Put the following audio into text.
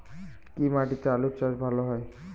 কি মাটিতে আলু চাষ ভালো হয়?